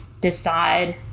decide